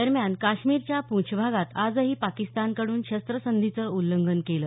दरम्यान काश्मीरच्या पूंछ भागात आजही पाकिस्तानकडून शस्त्रसंधीचं उल्लंघन केलं